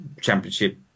championship